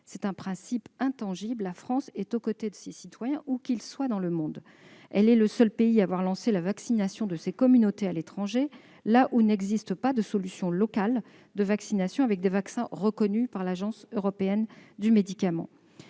c'est un principe intangible, la France est aux côtés de ses citoyens, où qu'ils soient dans le monde. Elle est le seul pays à avoir lancé la vaccination de ses communautés à l'étranger, là où n'existe pas de solution locale de vaccination avec des vaccins reconnus par l'Agence européenne des médicaments.